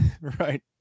right